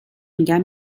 میگم